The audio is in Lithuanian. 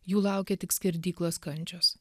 jų laukia tik skerdyklos kančios